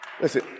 Listen